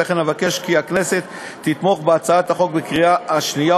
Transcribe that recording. לכן אבקש כי הכנסת תתמוך בה בקריאה שנייה